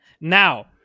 Now